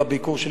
בביקור שלי,